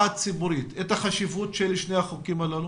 הציבורית את החשיבות של שני החוקים האלה